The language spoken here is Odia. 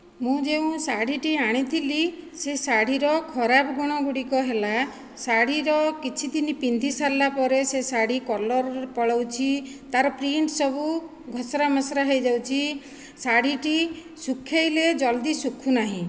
ମୁଁ ଯେଉଁ ଶାଢ଼ୀଟି ଆଣିଥିଲି ସେ ଶାଢ଼ୀର ଖରାପ ଗୁଣ ଗୁଡ଼ିକ ହେଲା ଶାଢ଼ୀର କିଛିଦିନ ପିନ୍ଧି ସାରିଲା ପରେ ସେ ଶାଢ଼ୀ କଲର୍ ପଳାଉଛି ତା'ର ପ୍ରିଣ୍ଟ ସବୁ ଘସରା ମସରା ହୋଇଯାଉଛି ଶାଢ଼ୀଟି ଶୁଖେଇଲେ ଜଲଦି ଶୁଖୁନାହିଁ